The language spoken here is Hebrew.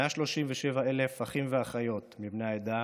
137,000 אחים ואחיות מבני העדה